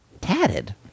tatted